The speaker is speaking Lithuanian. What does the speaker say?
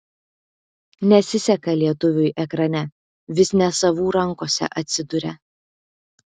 nesiseka lietuviui ekrane vis ne savų rankose atsiduria